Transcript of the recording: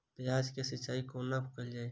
प्याज केँ सिचाई कोना कैल जाए?